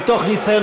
מתוך ניסיון,